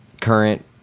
current